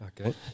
Okay